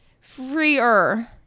freer